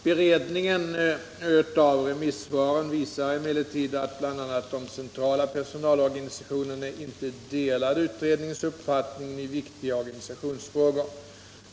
Beredningen av remissvaren visade emellertid att bl.a. de centrala personalorganisationerna inte delade utredningens uppfattning i viktiga organisationsfrågor.